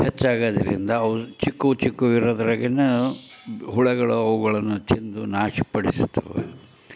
ಹೆಚ್ಚಾಗೋದ್ರಿಂದ ಅವು ಚಿಕ್ಕ ಚಿಕ್ಕ ಇರೋದ್ರಗೆನೇ ಹುಳುಗಳು ಅವುಗಳನ್ನು ತಿಂದು ನಾಶಪಡಿಸುತ್ತವೆ